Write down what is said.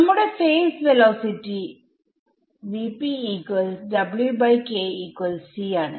നമ്മുടെ phase velocity ആണ്